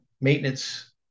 maintenance